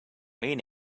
mean